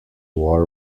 war